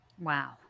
Wow